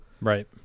right